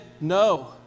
No